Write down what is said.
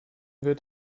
wird